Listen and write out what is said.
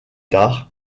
tard